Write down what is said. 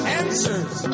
answers